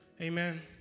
Amen